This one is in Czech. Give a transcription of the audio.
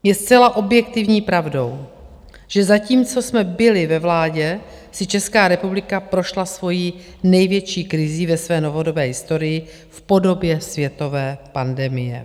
Je zcela objektivní pravdou, že zatímco jsme byli ve vládě, si Česká republika prošla svojí největší krizí ve své novodobé historii v podobě světové pandemie.